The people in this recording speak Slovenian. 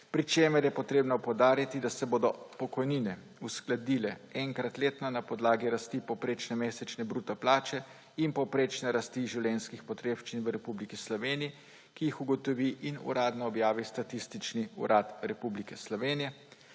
pri čemer je treba poudariti, da se bodo pokojnine uskladile enkrat letno na podlagi rasti povprečne mesečne bruto plače in povprečne rasti življenjskih potrebščin v Republiki Sloveniji, ki jih ugotovi in uradno objavi Statistični urad Republike Slovenije.